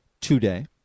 today